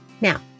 Now